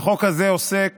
החוק הזה עוסק